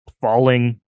falling